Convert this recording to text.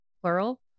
Plural